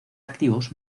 activos